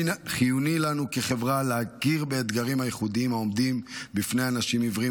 חיוני לנו כחברה להכיר באתגרים הייחודיים שעומדים בפני אנשים עיוורים